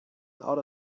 auto